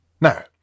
Now